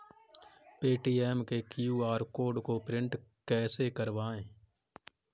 Paytm के QR code को print कैसे करवाएँ?